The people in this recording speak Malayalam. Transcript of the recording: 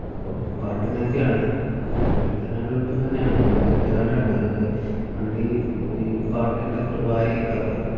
അപ്പം പാട്ടിങ്ങനെയൊക്കെ ആണ് പഠിക്കാനൊക്കെ എളുപ്പം തന്നെയാണ് ഈ കേട്ട് കേട്ടാണ് അല്ലാതെ പണ്ടീ ഈ പാട്ടിൻ്റെയൊക്കെ ഒരു വാരികയൊക്കെ ഇറങ്ങിയിരുന്നു